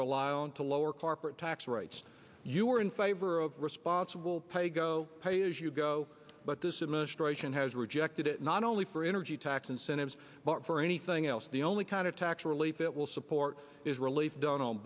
rely on to lower corporate tax rates you are in favor of responsible pay go pay as you go but this administration has rejected it not only for energy tax incentives but for anything else the only kind of tax relief that will support is relief done on